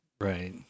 right